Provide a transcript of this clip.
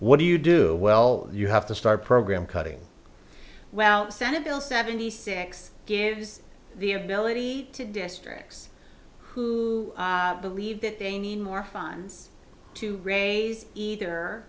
what do you do well you have to start program cutting well senate bill seventy six gives the ability to districts who believe that they need more funds to raise either